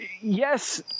Yes